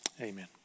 amen